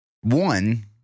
one